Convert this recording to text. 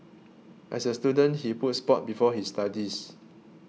as a student he put sport before his studies